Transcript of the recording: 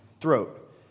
throat